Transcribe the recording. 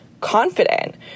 confident